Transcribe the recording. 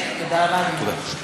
זה היה מביך, מיקי.